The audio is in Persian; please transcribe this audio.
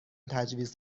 تجویز